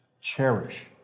cherish